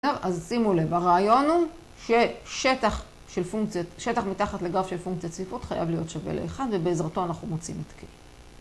אז שימו לב, הרעיון הוא ששטח מתחת לגרף של פונקציה ציפות חייב להיות שווה לאחד ובעזרתו אנחנו מוצאים את כאילו.